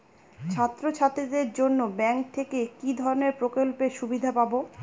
ছাত্রছাত্রীদের জন্য ব্যাঙ্ক থেকে কি ধরণের প্রকল্পের সুবিধে পাবো?